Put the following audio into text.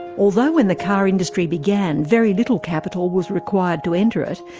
although when the car industry began, very little capital was required to enter it,